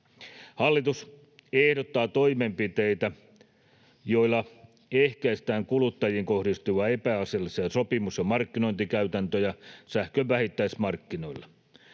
Hallitus ehdottaa toimenpiteitä, joilla ehkäistään kuluttajiin kohdistuvia epäasiallisia sopimus- ja markkinointikäytäntöjä sähkön vähittäismarkkinoilla: